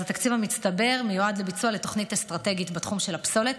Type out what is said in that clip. אז התקציב המצטבר מיועד לביצוע תוכנית אסטרטגית בתחום של הפסולת,